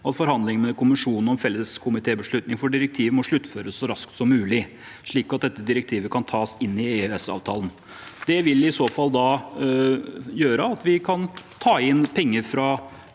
at forhandlingene med Kommisjonen om felleskomitébeslutning for direktivet må sluttføres så raskt som mulig, slik at dette direktivet kan tas inn i EØSavtalen. Det vil i så fall gjøre at vi kan ta inn penger fra